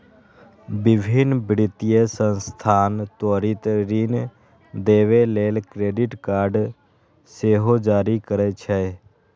विभिन्न वित्तीय संस्थान त्वरित ऋण देबय लेल क्रेडिट कार्ड सेहो जारी करै छै